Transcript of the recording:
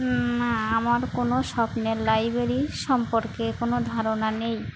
না আমার কোনো স্বপ্নের লাইব্রেরি সম্পর্কে কোনো ধারণা নেই